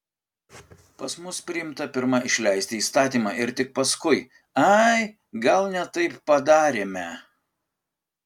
pas mus priimta pirma išleisti įstatymą ir tik paskui ai gal ne taip padarėme